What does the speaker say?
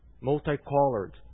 multicolored